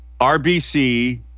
RBC